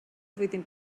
flwyddyn